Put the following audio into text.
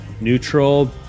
neutral